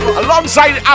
alongside